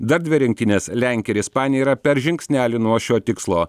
dar dvi rinktinės lenkija ir ispanija yra per žingsnelį nuo šio tikslo